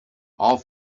all